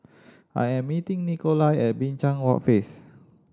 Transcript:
I am meeting Nikolai at Binchang Walk face